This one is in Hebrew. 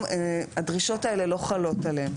הדרישות האלה לא חלות עליהם.